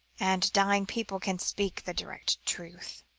and dying people can speak the direct truth